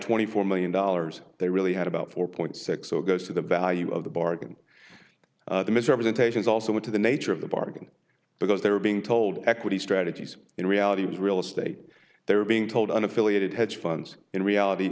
twenty four million dollars they really had about four point six zero goes to the value of the bargain misrepresentations also to the nature of the bargain because they were being told equity strategies in reality was real estate they were being told on affiliated hedge funds in reality